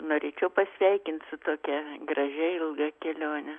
norėčiau pasveikint su tokia gražiai ilga kelione